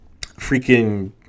Freaking